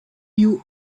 you